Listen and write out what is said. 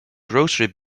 grocery